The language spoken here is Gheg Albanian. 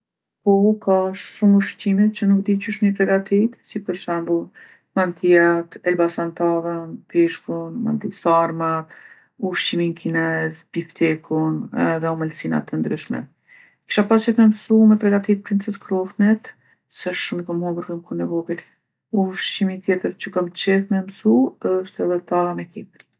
Po, ka shumë ushqime që nuk di qysh mi pregatitë, si për shembull mantijat, elbasan tavën, peshkun, mandej sarmat, ushqimin kinez, biftekun edhe omëlsinat e ndryshme. Kisha pas qejf me msu me pregatitë princes krofnet se shumë i kom honger kur jom kon e vogël. Ushqimi tjetër që kom qejf me msu është edhe tava me kepë.